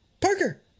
Parker